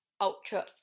ultra